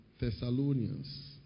Thessalonians